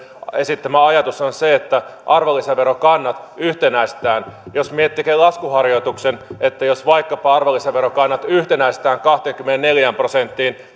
esittämä ajatus on se että arvonlisäverokannat yhtenäistetään jos menet tekemään laskuharjoituksen että jos vaikkapa arvonlisäverokannat yhtenäistetään kahteenkymmeneenneljään prosenttiin